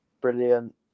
brilliant